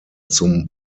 zum